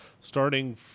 starting